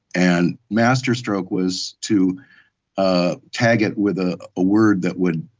and masterstroke was to ah tag it with a ah word that would,